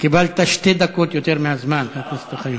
קיבלת שתי דקות יותר מהזמן, חבר הכנסת אוחיון.